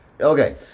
Okay